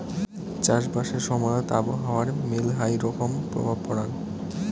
চাষবাসের সময়ত আবহাওয়ার মেলহাই রকম প্রভাব পরাং